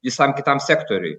visam kitam sektoriui